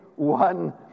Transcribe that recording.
One